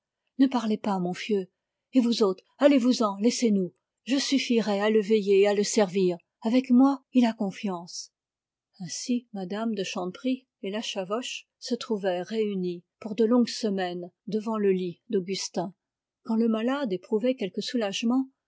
ne parlez pas mon fieu et vous autres allez-vous-en laissez-nous je suffirai à le veiller et à le servir avec moi il a confiance ainsi mme de chanteprie et la chavoche se trouvèrent réunies pour de longues semaines devant le lit d'augustin quand le malade éprouvait quelque soulagement